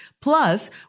plus